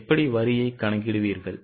எப்படி வரியை கணக்கிடுவீர்கள்